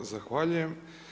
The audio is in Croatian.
Zahvaljujem.